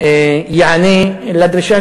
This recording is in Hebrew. ייענה לדרישה,